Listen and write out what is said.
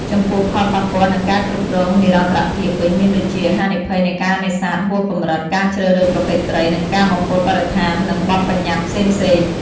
ចំពោះ ផលប៉ះពាល់ និងការគ្រប់គ្រងនិរន្តរភាពវិញមានដូចជា ហានិភ័យនៃការនេសាទហួសកម្រិត ការជ្រើសរើសប្រភេទត្រី ការបំពុលបរិស្ថាន និងបទប្បញ្ញត្តិផ្សេងៗ។